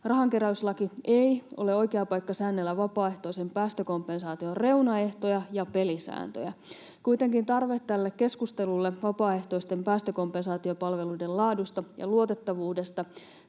Rahankeräyslaki ei ole oikea paikka säännellä vapaaehtoisen päästökompensaation reunaehtoja ja pelisääntöjä. Kuitenkin tarve keskustelulle vapaaehtoisten päästökompensaatiopalveluiden laadusta ja luotettavuudesta